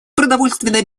продовольственная